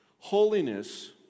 Holiness